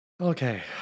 Okay